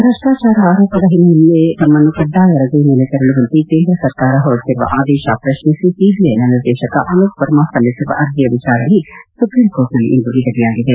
ಭ್ರಷ್ಟಾಚಾರ ಆರೋಪದ ಹಿನ್ನೆಲೆಯಲ್ಲಿ ತಮ್ಮನ್ನು ಕಡ್ಡಾಯ ರಜೆ ಮೇಲೆ ತೆರಳುವಂತೆ ಕೇಂದ್ರ ಸರ್ಕಾರ ಹೊರಡಿಸಿರುವ ಆದೇಶ ಪ್ರಶ್ನಿಸಿ ಸಿಬಿಐನ ನಿರ್ದೇಶಕ ಅಲೋಕ್ ವರ್ಮ ಸಲ್ಲಿಸಿರುವ ಅರ್ಜಿಯ ವಿಚಾರಣೆ ಸುಪ್ರೀಂಕೋರ್ಟ್ನಲ್ಲಿಂದು ನಿಗದಿಯಾಗಿದೆ